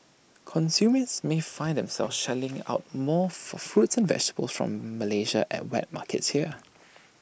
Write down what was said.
consumers may find themselves shelling out more for fruits and vegetables from Malaysia at wet markets here